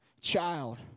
child